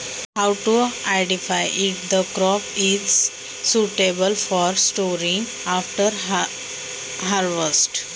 काढणी नंतर पीक साठवणीसाठी योग्य आहे की नाही कसे ओळखावे?